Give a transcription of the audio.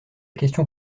question